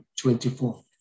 24